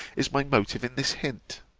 is my motive in this hint.